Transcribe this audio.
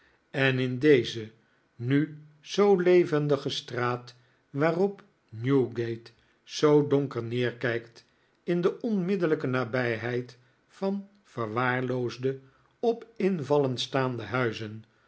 en in deze nu zoo levendige straat waarop newgate zoo donker neerkijkt in de onmiddellijke nabijheid van verwaarloosde op invallen staande huizen